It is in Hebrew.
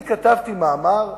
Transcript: אני כתבתי מאמר: